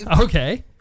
Okay